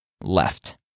left